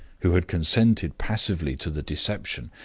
who had consented passively to the deception,